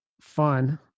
fun